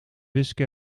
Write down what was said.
wiske